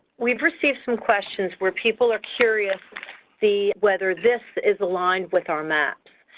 we've received some questions where people are curious the whether this is aligned with our maps.